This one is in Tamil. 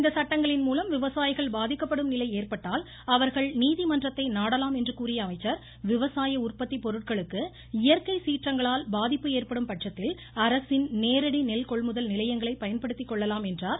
இந்த சட்டங்களின்மூலம் விவசாயிகள் பாதிக்கப்படும்நிலை ஏற்பட்டால் அவர்கள் நீதிமன்றத்தை நாடலாம் என்று கூறியஅமைச்சர் விவசாய உற்பத்திப்பொருட்களுக்கு இயற்கை சீற்றங்களால் பாதிப்பு ஏற்படும்பட்சத்தில் அரசின் நேரடி நெல் கொள்முதல் நிலையங்களைப் பயன்படுத்திக்கொள்ளலாம் என்றார்